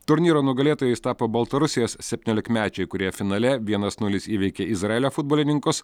turnyro nugalėtojais tapo baltarusijos septyniolikmečiai kurie finale vienas nulis įveikė izraelio futbolininkus